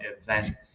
event